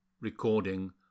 Recording